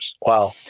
Wow